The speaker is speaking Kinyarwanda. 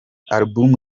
album